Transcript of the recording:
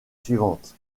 suivante